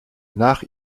nach